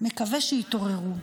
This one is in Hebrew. מקווה שיתעוררו.